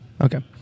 Okay